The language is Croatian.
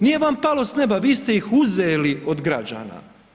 Nije vam palo s neba, vi ste ih uzeli od građana.